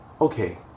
Okay